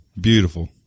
Beautiful